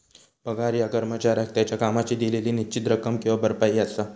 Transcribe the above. पगार ह्या कर्मचाऱ्याक त्याच्यो कामाची दिलेली निश्चित रक्कम किंवा भरपाई असा